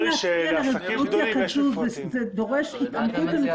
זה לא תמיד